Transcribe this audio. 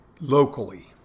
locally